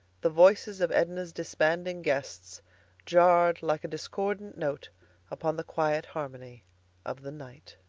the voices of edna's disbanding guests jarred like a discordant note upon the quiet harmony of the night.